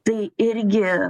tai irgi